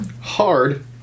hard